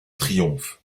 triomphe